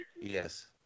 Yes